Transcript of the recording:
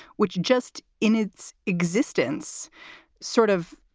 which just in its existence sort of